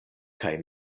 kaj